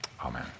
Amen